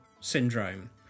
syndrome